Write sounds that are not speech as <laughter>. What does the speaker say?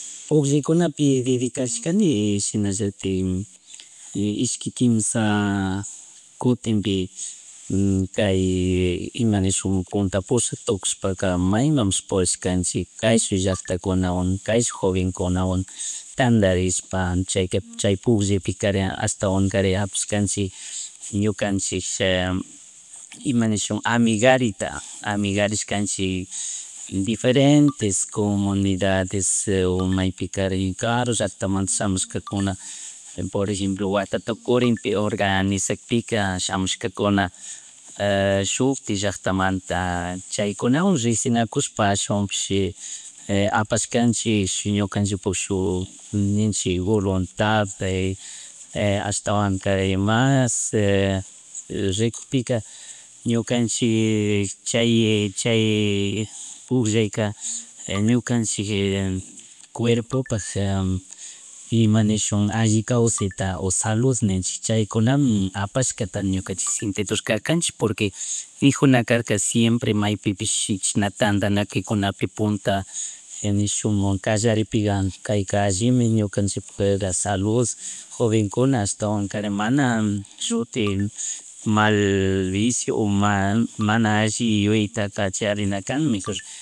Pugllaykunapi dedicarishkani y shinallatik <hesitation> ishqui, kimsha, <hesitation> kutinpi <noise> kay <hesitation> imanishun puntak pushak tukushpaka maymanpish purishkanchik kayshun llakctakunwan kayshun jovenkunawan, tandarishpa chayka, chay pugllaypika ari ashtawanka kari hapishkanchik ñukanchik <hesitation> imanishuk amigariti, amigarishkanchik diferentes comunidades, <hesitation> o maypikarin karu llacktamunta shamushkakuna <noise> por ejemplo watatukurin pi orgnaizanpika shamun kakuna, <hesitation> shuktik llacktamanta <hesitation> chaykunawan rickshinakushpa alshawanpishi <hesitation> apashkanchik <hesitation> ñukanchikpa shuk ninchik voluntad, <hesitation> ashtawankari mas <hesitation> rikuckpika ñukanchik <hesitation> chay, chay, pugllayka <noise> ñukanchik <hesitation> cuerpopak <hesitation> ima nishuk alli kawsayta o salud nenchek chaykunami apashkata ñukanchick sintedurkarkanchik porque <noise> yuyayjuna nirkaja simepre maypipish chaina tandanakuykunapi punta <noise> nishun kallaripi kay ka allimi ñunkanchikpuka fuera salud jovenkuna ashtawankarin mana shuti <noise> mal vicio o mal mana alli yuyitataka charinakan mejor <noise>